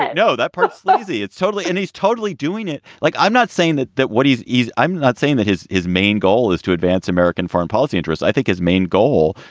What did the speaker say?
that you know that part's lazy it's totally. and he's totally doing it. like, i'm not saying that that what he's is i'm not saying that is his main goal is to advance american foreign policy interests. i think his main goal,